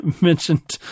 mentioned